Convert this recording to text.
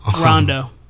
Rondo